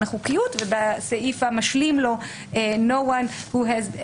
החוקיות ובסעיף המשלים לו No one who has...